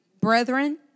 brethren